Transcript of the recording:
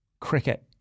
cricket